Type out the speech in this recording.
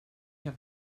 have